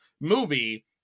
movie